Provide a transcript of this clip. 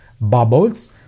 bubbles